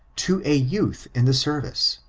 to a youth in the service.